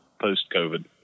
post-COVID